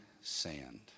sand